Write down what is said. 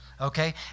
okay